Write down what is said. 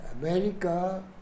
America